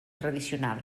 tradicional